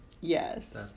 Yes